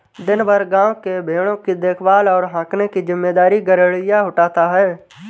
दिन भर गाँव के भेंड़ों की देखभाल और हाँकने की जिम्मेदारी गरेड़िया उठाता है